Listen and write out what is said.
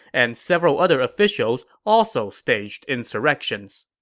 and several other officials also staged insurrections.